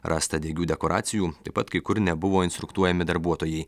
rasta degių dekoracijų taip pat kai kur nebuvo instruktuojami darbuotojai